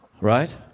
right